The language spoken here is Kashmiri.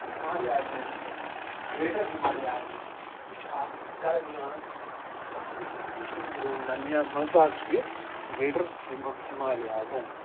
ہِمالیاز چھِ یعنی کہِ گرٛیٹَر ہِمالِیاز چھِ یہِ چھُ اَتھ درمیان بسٲوِتھ یہِ چھِ یِمَن دۄن درمیان منٛزٕ باگ چھُ یہِ گرٛیٹَر ہِمالِیازَن